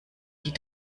die